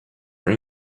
were